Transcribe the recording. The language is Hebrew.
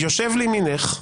שאתם מסתירים אותו מהציבור.